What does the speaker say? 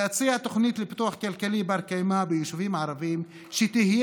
ואציע תוכנית לפיתוח כלכלי בר-קיימא ביישובים הערביים שתהיה